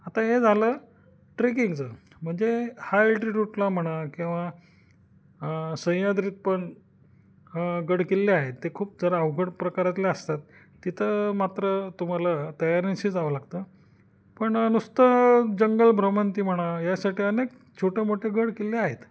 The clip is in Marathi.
आता हे झालं ट्रेकिंगचं म्हणजे हाय अल्टीट्यूटला म्हणा किंवा सह्याद्रीत पण गडकिल्ले आहेत ते खूप जरा अवघड प्रकारातले असतात तिथं मात्र तुम्हाला तयारनिशी जावं लागतं पण नुसतं जंगल भ्रमंती म्हणा यासाठी अनेक छोटे मोठे गडकिल्ले आहेत